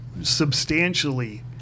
substantially